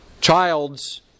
child's